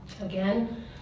Again